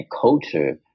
culture